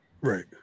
Right